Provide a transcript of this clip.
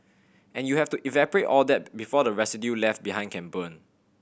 and you have to evaporate all that before the residue left behind can burn